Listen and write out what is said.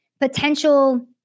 potential